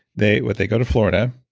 they but they go to florida,